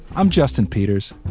i'm justin peters.